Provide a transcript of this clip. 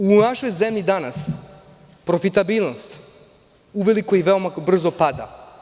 U našoj zemlji danas profitabilnost uveliko i veoma brzo pada.